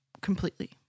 completely